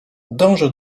dąży